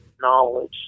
knowledge